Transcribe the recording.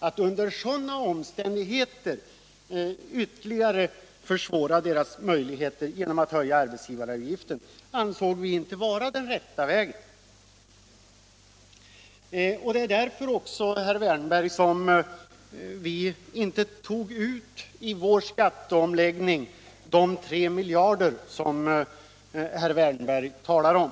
Att under sådana omständigheter ytterligare försvåra deras möjligheter genom att höja arbetsgivaravgiften ansåg vi inte vara den rätta vägen. Det är också därför, herr Wärnberg, som vi i vår skatteomläggning inte tog ut de tre miljarder kronor som herr Wärnberg talar om.